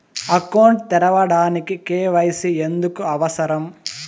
Account తెరవడానికి, KYC ఎందుకు అవసరం?